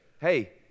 hey